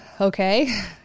okay